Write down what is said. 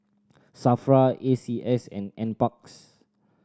SAFRA A C S and Nparks